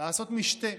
לעשות משתה